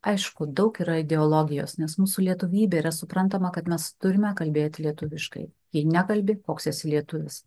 aišku daug yra ideologijos nes mūsų lietuvybė yra suprantama kad mes turime kalbėti lietuviškai jei nekalbi koks esi lietuvis